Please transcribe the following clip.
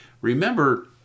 remember